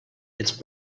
its